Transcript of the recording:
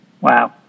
Wow